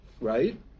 right